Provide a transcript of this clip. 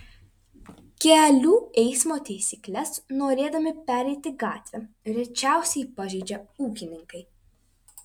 kelių eismo taisykles norėdami pereiti gatvę rečiausiai pažeidžia ūkininkai